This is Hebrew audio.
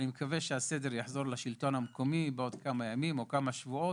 אני מקווה שהסדר יחזור לשלטון המקומי בעוד כמה ימים או בעוד כמה שבועות,